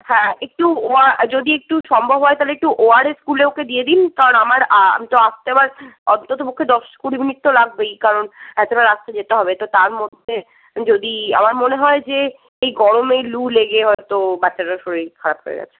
হ্যাঁ একটু যদি একটু সম্ভব হয় তাহলে একটু ওআরএস গুলে ওকে দিয়ে দিন কারণ আমার আসতে আবার অন্ততপক্ষে দশ কুড়ি মিনিট তো লাগবেই কারণ এতটা রাস্তা যেতে হবে তো তার মধ্যে যদি আমার মনে হয় যে এই গরমে লু লেগে হয়তো বাচ্চাটার শরীর খারাপ হয়ে গেছে